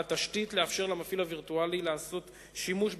התשתית לאפשר למפעיל הווירטואלי לעשות שימוש בתשתיתו,